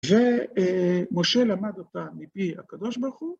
ומשה למד אותה מפי הקדוש ברוך הוא.